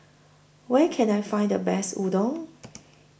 Where Can I Find The Best Udon